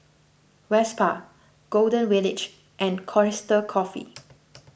Vespa Golden Village and Costa Coffee